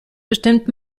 bestimmt